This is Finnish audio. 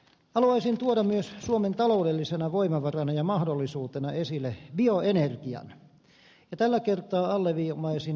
haluaisin tuoda suomen taloudellisena voimavarana ja mahdollisuutena esille myös bioenergian ja tällä kertaa alleviivaisin biodieseliä